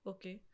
Okay